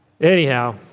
anyhow